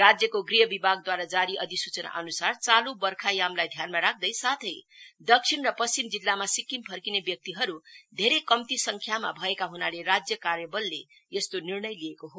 राज्यको गृह विभागद्वारा जारी अधिसूचना अनुसार चालु बर्खा यामलाई ध्यानमा राख्दै साथै दक्षिण र पश्चिम जिल्लामा सिक्किम फक्रिने व्यक्तिहरु धेरै कम्ती संख्यमा भएका हुनाले राज्य कार्यबलले यस्तो निर्णय लिएको हो